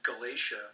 Galatia